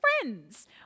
friends